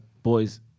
Boys